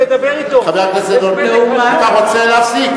שתדבר אתו, יש, חבר הכנסת דנון, אתה רוצה להפסיק?